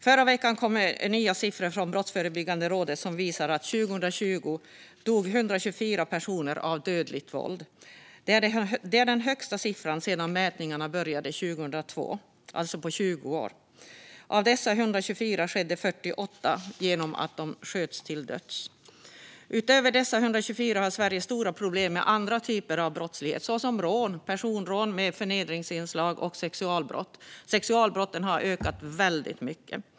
Förra veckan kom nya siffror från Brottsförebyggande rådet som visar att 124 personer dog av dödligt våld 2020. Det är den högsta siffran sedan mätningarna började 2002, alltså på 20 år. Av dessa 124 mord skedde 48 genom att offren sköts till döds. Utöver dessa 124 har Sverige stora problem med andra typer av brottslighet såsom rån, personrån med förnedringsinslag och sexualbrott. Sexualbrotten har ökat väldigt mycket.